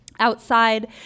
Outside